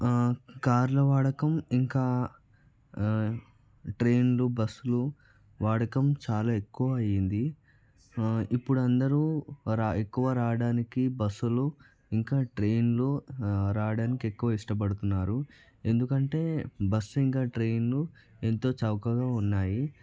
కార్ల వాడకం ఇంకా ట్రైన్లు బస్సులు వాడకం చాలా ఎక్కువ అయింది ఇప్పుడు అందరూ ఎక్కువ రావడానికి బస్సులు ఇంకా ట్రైన్లో రావడానికి ఎక్కువ ఇష్టపడుతున్నారు ఎందుకంటే బస్సు ఇంకా ట్రైన్లు ఎంతో చౌకగా ఉన్నాయి